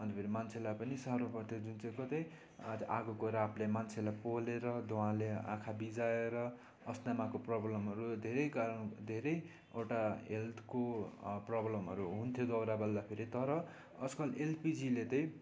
अनि फेरि मान्छेलाई पनि साह्रो पर्थ्यौ जुन चाहिँ को त्यही आ आगोको रापले मान्छेलाई पोलेर धुँवाले आँखा बिझाएर अस्थमाको प्रोब्लमहरू धेरै कारण धेरैवटा हेल्थको प्रोब्लमहरू हुन्थ्यो दाउरा बाल्दाखेरि तर आजकल एलपिजीले त्यही